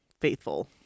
faithful